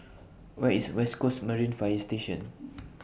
Where IS West Coasts Marine Fire Station